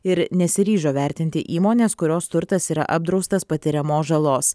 ir nesiryžo vertinti įmonės kurios turtas yra apdraustas patiriamos žalos